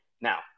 now